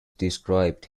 described